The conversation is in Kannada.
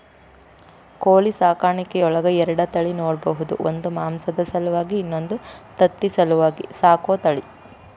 ಕೋಳಿ ಸಾಕಾಣಿಕೆಯೊಳಗ ಎರಡ ತಳಿ ನೋಡ್ಬಹುದು ಒಂದು ಮಾಂಸದ ಸಲುವಾಗಿ ಇನ್ನೊಂದು ತತ್ತಿ ಸಲುವಾಗಿ ಸಾಕೋ ತಳಿ